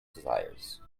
desires